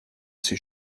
ses